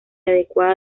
adecuada